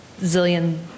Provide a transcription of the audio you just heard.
zillion